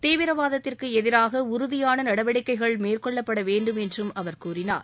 தீவிரவாதத்திற்கு எதிராக உறுதியாள நடவடிக்கைகள் மேற்கொள்ளப்பட வேண்டும் என்றும் அவர் கூறினார்